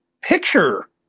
picture